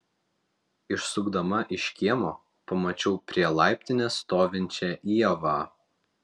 išsukdama iš kiemo pamačiau prie laiptinės stovinčią ievą